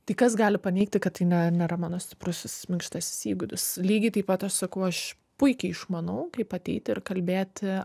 tai kas gali paneigti kad tai ne nėra mano stiprusis minkštasis įgūdis lygiai taip pat aš sakau aš puikiai išmanau kaip ateiti ir kalbėti